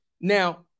Now